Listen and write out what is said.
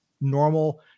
normal